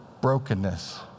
brokenness